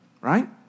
right